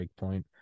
Breakpoint